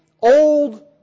old